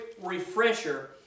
refresher